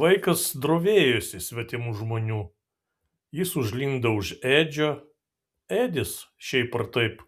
vaikas drovėjosi svetimų žmonių jis užlindo už edžio edis šiaip ar taip